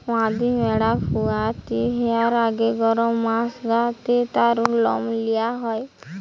মাদি ম্যাড়া পুয়াতি হিয়ার আগে গরম মাস গা তে তারুর লম নিয়া হয়